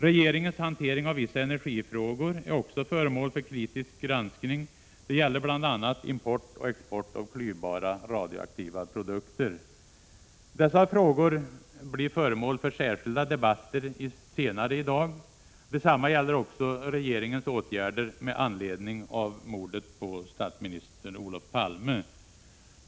Regeringens hantering av vissa energifrågor är också föremål för kritisk granskning. Det gäller bl.a. import och export av klyvbara radioaktiva produkter. Dessa frågor blir föremål för särskilda debatter senare i dag. Detsamma gäller också regeringens åtgärder med anledning av mordet på statsminister Olof Palme.